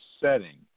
Setting